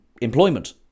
employment